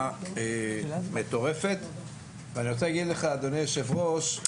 אני רוצה להגיד לך, אדוני יושב הראש,